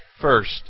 first